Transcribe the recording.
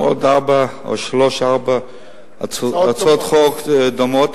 היו עוד שלוש או ארבע הצעות חוק דומות.